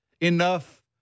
enough